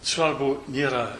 svarbu nėra